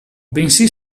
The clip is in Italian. bensì